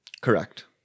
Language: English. Correct